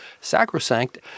sacrosanct